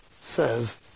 says